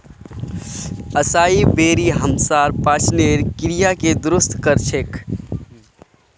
असाई बेरी हमसार पाचनेर क्रियाके दुरुस्त कर छेक